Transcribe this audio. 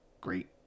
great